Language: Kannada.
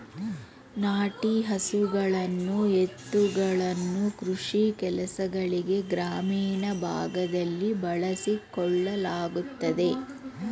ನಾಟಿ ಹಸುಗಳನ್ನು ಎತ್ತುಗಳನ್ನು ಕೃಷಿ ಕೆಲಸಗಳಿಗೆ ಗ್ರಾಮೀಣ ಭಾಗದಲ್ಲಿ ಬಳಸಿಕೊಳ್ಳಲಾಗುತ್ತದೆ